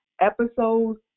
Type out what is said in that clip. episodes